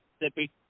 Mississippi